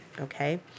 okay